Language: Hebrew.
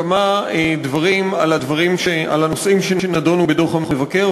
כמה דברים על הנושאים שנדונו בדוח המבקר,